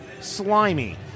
slimy